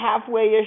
halfway-ish